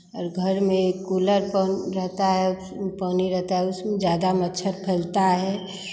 और घर में कूलर पानी रहता है वो पानी रहता है उसमें ज़्यादा मच्छर फैलता है